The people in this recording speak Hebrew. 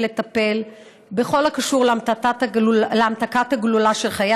ולטפל בכל הקשור להמתקת הגלולה של חיי